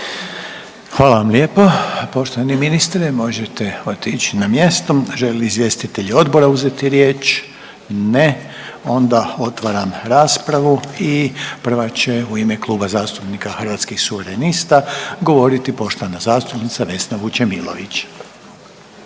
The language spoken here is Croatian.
Hvala vam lijepo poštovani ministre, možete otići na mjesto. Žele li izvjestitelji odbora uzeti riječ? Ne. Onda otvaram raspravu i prva će u ime Kluba zastupnika Hrvatskih suverenista govoriti poštovana zastupnica Vesna Vučemilović.